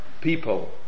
people